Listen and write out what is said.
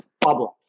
problem